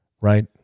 Right